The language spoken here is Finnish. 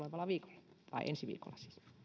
ensi viikolla